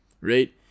right